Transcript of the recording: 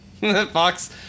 Fox